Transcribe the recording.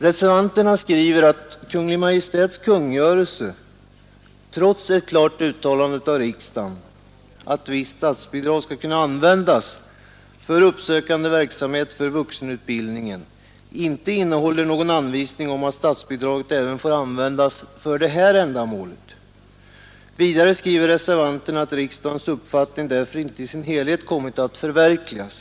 Reservanterna skriver att Kungl. Maj:ts kungörelse, trots ett klart uttalande av riksdagen att visst statsbidrag skall kunna användas för Nr 77 uppsökande verksamhet för vuxenutbildningen, inte innehåller någon Onsdagen den anvisning om att statsbidraget även får användas för detta ändamål. 10 maj 1972 Vidare skriver reservanterna att riksdagens uppfattning inte i sin helhet kommit att förverkligas.